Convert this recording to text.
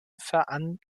veranlassung